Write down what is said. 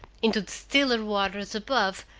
into the stiller waters above,